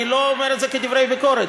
אני לא אומר את זה כדברי ביקורת,